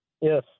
Yes